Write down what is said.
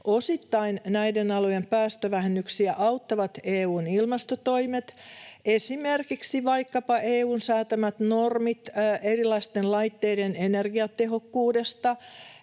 Osittain näiden alojen päästövähennyksiä auttavat EU:n ilmastotoimet: esimerkiksi vaikkapa EU:n säätämät normit erilaisten laitteiden energiatehokkuudesta